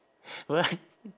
what